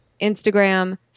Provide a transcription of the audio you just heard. Instagram